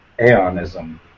Aeonism